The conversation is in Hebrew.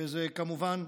וזה, כמובן,